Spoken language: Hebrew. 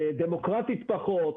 דמוקרטית פחות.